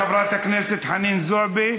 חברת הכנסת חנין זועבי,